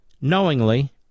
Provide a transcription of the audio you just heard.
knowingly